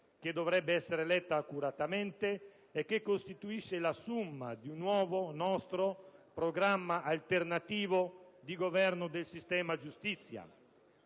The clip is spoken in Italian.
che dovrebbe essere letta accuratamente e che costituisce la *summa* di un nuovo nostro programma alternativo di governo del sistema giustizia.